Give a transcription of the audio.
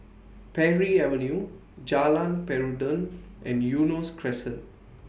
Parry Avenue Jalan Peradun and Eunos Crescent